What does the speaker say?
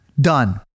Done